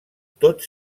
tot